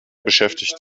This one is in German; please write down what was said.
beschäftigt